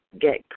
get